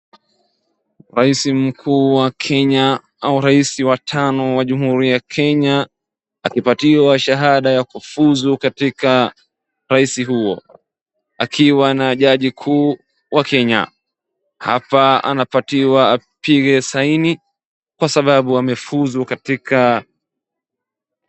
Rais mkuu wa Kenya au rais wa tano wa jamhuri ya kenya akipatiwa shahada ya kufuzu katika urais huo, akiwa na jaji mkuu wa Kenya. Hapa anapatiwa apige saini kwa sababu amefuzu katika.